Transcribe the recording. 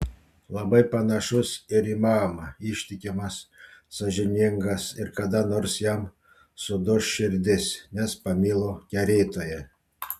labai panašus ir į mamą ištikimas sąžiningas ir kada nors jam suduš širdis nes pamilo kerėtoją